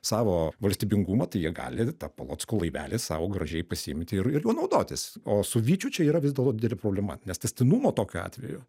savo valstybingumą tai jie gali tą polocko laivelį sau gražiai pasiimti ir juo naudotis o su vyčiu čia yra vis dėlto didelė problema nes tęstinumo tokiu atveju